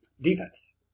defense